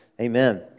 Amen